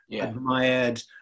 admired